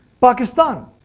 Pakistan